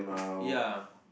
ya